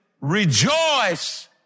rejoice